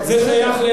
זה שייך,